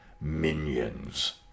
minions